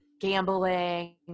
gambling